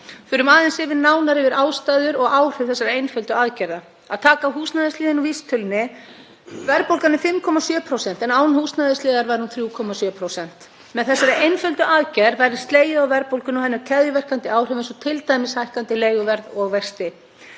ár. Förum aðeins nánar yfir ástæður og áhrif þessara einföldu aðgerða. Að taka húsnæðisliðinn úr vísitölunni. Verðbólgan er 5,7%, en án húsnæðisliðar væri hún 3,7%. Með þessari einföldu aðgerð væri slegið á verðbólguna og hennar keðjuverkandi áhrif eins og hækkandi leiguverð og vexti.